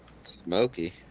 smoky